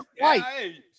white